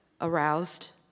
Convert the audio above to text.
aroused